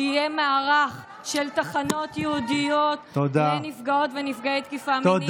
שיהיה מערך של תחנות ייעודיות לנפגעות ונפגעי תקיפה מינית,